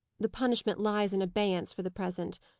the punishment lies in abeyance for the present,